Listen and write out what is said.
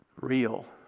real